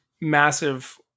massive